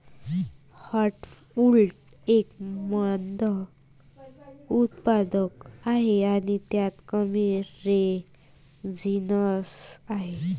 heartwood एक मंद उत्पादक आहे आणि त्यात कमी रेझिनस आहे